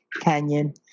Canyon